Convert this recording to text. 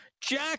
Jack